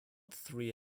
three